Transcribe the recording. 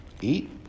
Eat